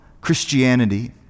Christianity